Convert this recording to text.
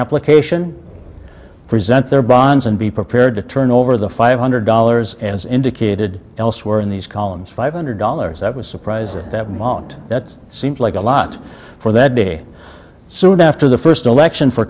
application for a zent their bonds and be prepared to turn over the five hundred dollars as indicated elsewhere in these columns five hundred dollars i was surprised at that moment that seemed like a lot for that day soon after the first election for